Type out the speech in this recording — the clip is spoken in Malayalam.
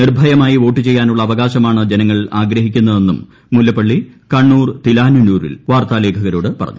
നിർഭയമായി വോട്ടു ചെയ്യാനുള്ള അവകാശമാണ് ജനങ്ങൾ ആഗ്രഹിക്കുന്നതെന്നും അദ്ദേഹം കണ്ണൂർ തിലാന്നൂരിൽ വാർത്താലേഖകരോട് പറഞ്ഞു